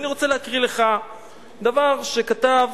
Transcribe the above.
אני רוצה להקריא לך דבר שכתב